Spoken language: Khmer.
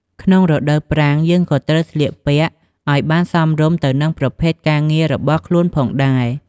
ក្នុងរដូវប្រាំង យើងក៏ត្រូវស្លៀកពាក់ឲ្យបានសមរម្យទៅនឹងប្រភេទការងាររបស់ខ្លួនផងដែរ។